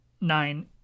nine